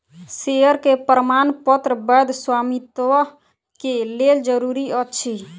share के प्रमाणपत्र वैध स्वामित्व के लेल जरूरी अछि